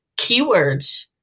keywords